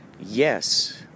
yes